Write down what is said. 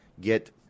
Get